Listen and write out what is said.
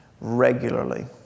regularly